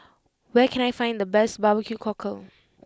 where can I find the best Barbecue Cockle